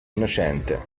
innocente